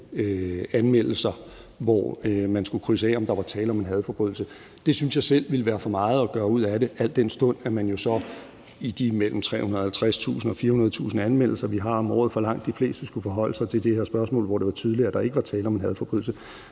anmeldelser, hvor man skulle krydse af, om der var tale om en hadforbrydelse. Det synes jeg selv ville være for meget at gøre ud af det, al den stund at man jo så i de mellem 350.000 og 400.000 anmeldelser, vi har om året, for langt de fleste skulle forholde sig til det her spørgsmål, hvor det var tydeligt, at der ikke var tale om en hadforbrydelse.